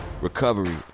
recovery